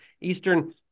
Eastern